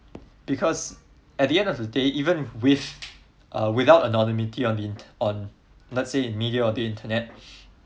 because at the end of the day even with uh without anonymity on t~ on let's say media or the internet